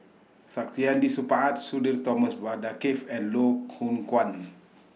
Saktiandi Supaat Sudhir Thomas Vadaketh and Loh Kwan